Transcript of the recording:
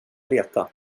leta